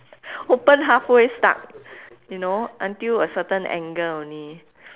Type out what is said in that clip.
open halfway stuck you know until a certain angle only